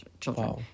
children